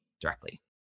directly